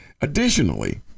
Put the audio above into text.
Additionally